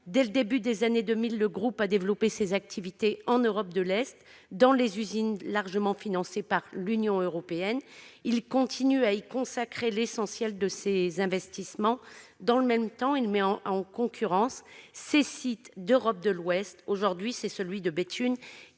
Dès le début des années 2000, le groupe a développé ses activités en Europe de l'Est, dans des usines largement financées par l'Union européenne. Il continue à y consacrer l'essentiel de ses investissements. Dans le même temps, il met en concurrence ses sites d'Europe de l'Ouest. Aujourd'hui, c'est celui de Béthune